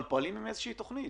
אבל פועלים עם איזושהי תכנית